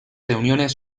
reuniones